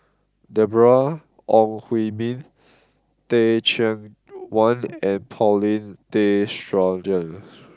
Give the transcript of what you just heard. Deborah Ong Hui Min Teh Cheang Wan and Paulin Tay Straughan